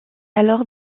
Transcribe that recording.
alors